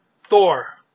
Thor